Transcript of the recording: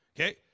Okay